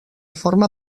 forma